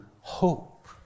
hope